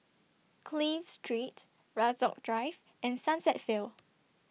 Clive Street Rasok Drive and Sunset Vale